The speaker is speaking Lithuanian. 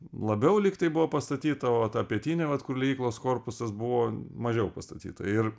labiau lygtai buvo pastatyta o ta pietinė vat kur liejyklos korpusas buvo mažiau pastatyta ir